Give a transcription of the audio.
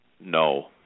No